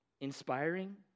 inspiring